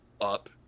up